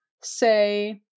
say